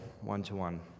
one-to-one